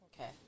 okay